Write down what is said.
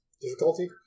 difficulty